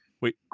Wait